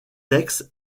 textes